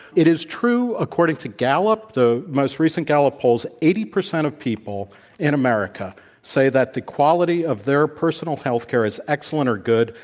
it is true, according to gallop the most recent gallop polls eighty percent of people in america say that the quality of their personal healthcare is excellent or good.